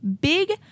big